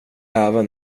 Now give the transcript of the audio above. även